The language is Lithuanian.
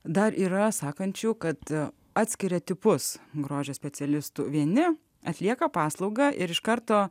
dar yra sakančių kad atskiria tipus grožio specialistų vieni atlieka paslaugą ir iš karto